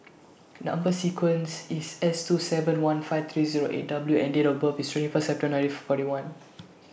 Number sequence IS S two seven one five three Zero eight W and Date of birth IS twenty five September nineteen four forty one